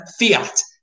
fiat